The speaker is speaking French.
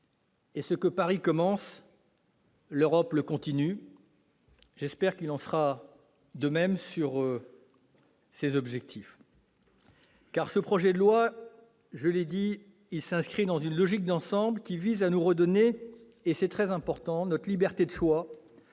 ; ce que Paris commence, l'Europe le continue. » J'espère qu'il en ira de même avec ces objectifs. Ce projet de loi s'inscrit donc dans une logique d'ensemble qui vise à nous redonner, c'est très important, notre liberté de choix